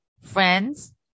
Friends